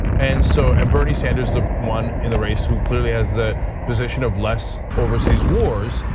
and so and bernie sanders, the one in the race, who clearly has the position of less overseas wars,